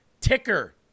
ticker